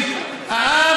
לא,